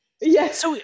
Yes